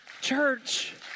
church